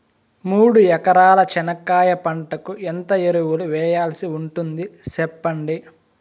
మూడు ఎకరాల చెనక్కాయ పంటకు ఎంత ఎరువులు వేయాల్సి ఉంటుంది సెప్పండి?